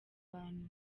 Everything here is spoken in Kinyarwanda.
bantu